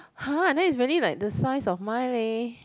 !huh! that's really like the size of mine leh